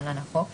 התש"ף-2021 (להלן החוק),